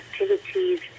activities